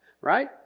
Right